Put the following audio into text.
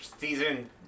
season